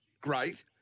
Great